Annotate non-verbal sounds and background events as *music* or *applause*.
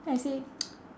then I say *noise*